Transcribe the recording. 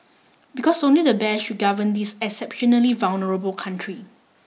because only the best should govern this exceptionally vulnerable country